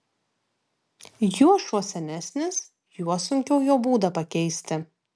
juo šuo senesnis juo sunkiau jo būdą pakeisti